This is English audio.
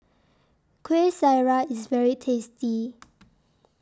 Kueh Syara IS very tasty